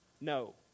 no